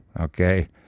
okay